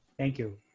thank you.